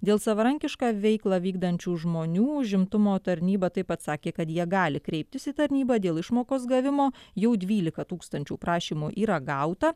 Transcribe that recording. dėl savarankišką veiklą vykdančių žmonių užimtumo tarnyba taip pat sakė kad jie gali kreiptis į tarnybą dėl išmokos gavimo jau dvylika tūkstančių prašymų yra gauta